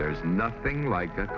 there's nothing like that